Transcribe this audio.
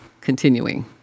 continuing